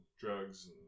drugs